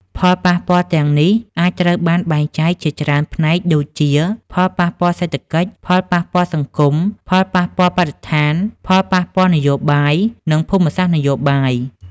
ផលប៉ះពាល់ទាំងនេះអាចត្រូវបានបែងចែកជាច្រើនផ្នែកដូចជា ផលប៉ះពាល់សេដ្ឋកិច្ច ផលប៉ះពាល់សង្គម ផលប៉ះពាល់បរិស្ថាន ផលប៉ះពាល់នយោបាយ និងភូមិសាស្ត្រនយោបាយ។